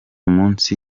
munsi